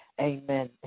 amen